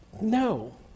No